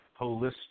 holistic